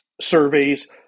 surveys